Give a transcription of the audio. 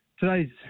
today's